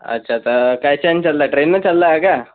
अच्छा तर कायच्यान चालला ट्रेननं चालला हा का